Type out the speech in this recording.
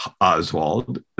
oswald